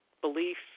belief